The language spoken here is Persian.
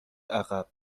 عقب